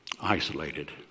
Isolated